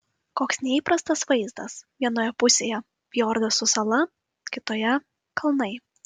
koks neįprastas vaizdas vienoje pusėje fjordas su sala kitoje kalnai